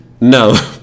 No